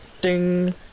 ding